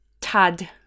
Tad